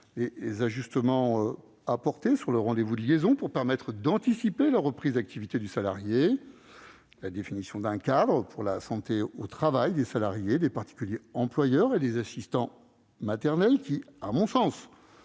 les ajustements apportés sur le rendez-vous de liaison, pour permettre d'anticiper la reprise d'activité du salarié ; la définition d'un cadre pour la santé au travail des salariés des particuliers employeurs et des assistants maternels, qui, avec des